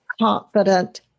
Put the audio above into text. confident